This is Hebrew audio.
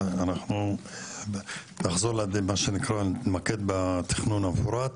אנחנו נחזור להתמקד בתכנון המפורט.